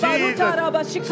Jesus